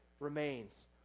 Remains